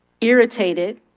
irritated